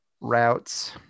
routes